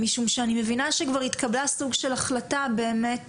משום שאני מבינה שכבר התקבלה סוג של החלטה באמת